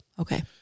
Okay